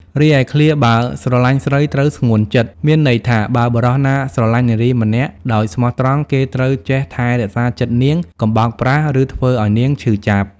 រីឯឃ្លា បើស្រឡាញ់ស្រី ត្រូវស្ងួនចិត្ត មានន័យថា បើបុរសណាស្រឡាញ់នារីម្នាក់ដោយស្មោះត្រង់ គេត្រូវចេះថែរក្សាចិត្តនាង កុំបោកប្រាស់ ឬធ្វើឱ្យនាងឈឺចាប់។